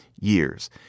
years